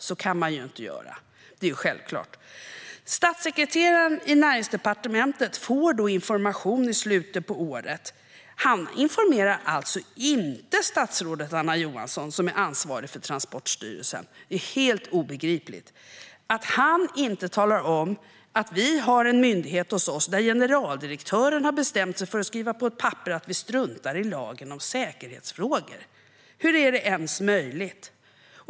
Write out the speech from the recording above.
Så kan man inte göra; det är självklart. Statssekreteraren på Näringsdepartementet får information i slutet av året. Han informerar alltså inte statsrådet Anna Johansson, som är ansvarig för Transportstyrelsen. Det är helt obegripligt att han inte talar om att Näringsdepartementet har en myndighet hos sig där generaldirektören har bestämt sig för att skriva på ett papper att man struntar i lagen om säkerhetsfrågor. Hur är det ens möjligt?